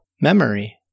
memory